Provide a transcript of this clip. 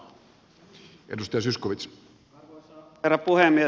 arvoisa herra puhemies